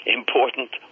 important